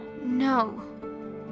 No